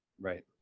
Right